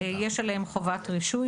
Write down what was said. יש עליהם חובת רישוי,